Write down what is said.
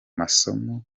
masomo